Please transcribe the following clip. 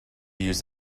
use